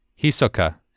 Hisoka